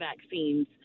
vaccines